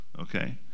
Okay